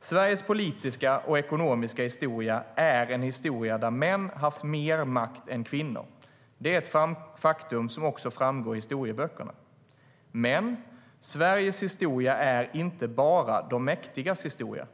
Sveriges politiska och ekonomiska historia är en historia där män haft mer makt än kvinnor. Det är ett faktum som också framgår i historieböckerna. Men Sveriges historia är inte bara de mäktigas historia.